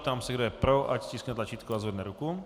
Ptám se, kdo je pro, ať stiskne tlačítko a zvedne ruku.